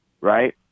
right